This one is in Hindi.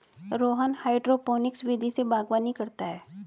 रोहन हाइड्रोपोनिक्स विधि से बागवानी करता है